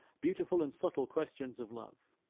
beautiful and subtle questions of love.